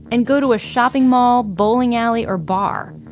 and go to a shopping mall, bowling alley, or bar.